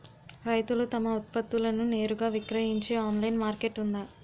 రైతులు తమ ఉత్పత్తులను నేరుగా విక్రయించే ఆన్లైన్ మార్కెట్ ఉందా?